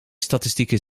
statistieken